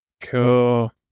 Cool